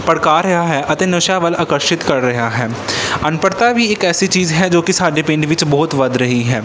ਭੜਕਾ ਰਿਹਾ ਹੈ ਅਤੇ ਨਸ਼ਿਆਂ ਵੱਲ ਆਕਰਸ਼ਿਤ ਕਰ ਰਿਹਾ ਹੈ ਅਨਪੜ੍ਹਤਾ ਵੀ ਇੱਕ ਐਸੀ ਚੀਜ਼ ਹੈ ਜੋ ਕਿ ਸਾਡੇ ਪਿੰਡ ਵਿੱਚ ਬਹੁਤ ਵੱਧ ਰਹੀ ਹੈ